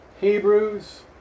Hebrews